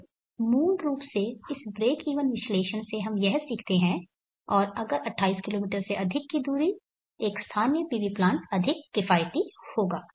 तो मूल रूप से इस ब्रेकइवन विश्लेषण से हम यह सीखते है और अगर 28 किलोमीटर से अधिक की दूरी एक स्थानीय PV प्लांट अधिक किफायती होगा